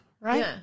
right